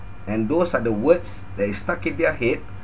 and those are the words that is stuck in their head